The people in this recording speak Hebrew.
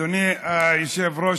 אדוני היושב-ראש,